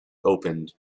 opened